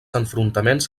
enfrontaments